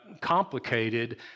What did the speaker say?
complicated